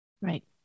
Right